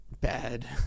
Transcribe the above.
bad